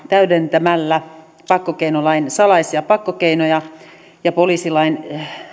täydentämällä pakkokeinolain salaisia pakkokeinoja ja poliisilain